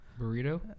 Burrito